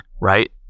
right